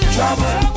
Trouble